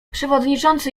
przewodniczący